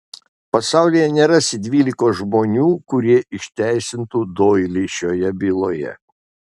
pasaulyje nerasi dvylikos žmonių kurie išteisintų doilį šioje byloje